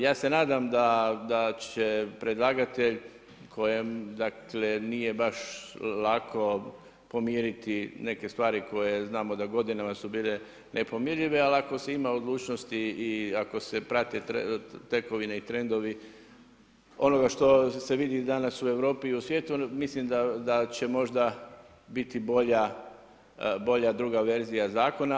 Ja se nadam da će predlagatelj kojem dakle nije baš lako pomiriti neke stvari koje znamo da godinama su bile nepomirljive, ali ako se ima odlučnosti i ako se prate tekovine i trendovi onoga što se vidi danas u Europi i svijetu mislim da će možda biti bolja druga verzija zakona.